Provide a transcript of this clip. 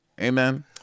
Amen